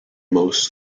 most